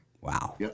Wow